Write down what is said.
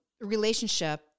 relationship